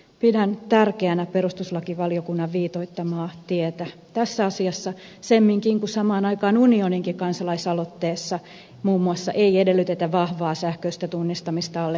pidän tärkeänä perustuslakivaliokunnan viitoittamaa tietä tässä asiassa semminkin kun samaan aikaan unioninkin kansalaisaloitteessa muun muassa ei edellytetä vahvaa sähköistä tunnistamista allekirjoitukseen